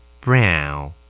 Brown